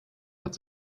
hat